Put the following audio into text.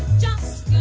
just